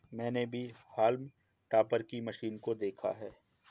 मैंने भी haulm topper की मशीन को देखा है